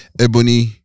Ebony